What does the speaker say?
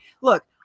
look